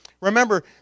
Remember